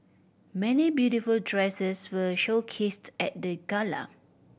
many beautiful dresses were showcased at the gala